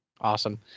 awesome